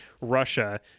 Russia